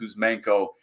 Kuzmenko